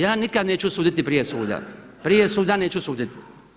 Ja nikada neću suditi prije suda, prije suda neću suditi.